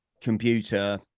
computer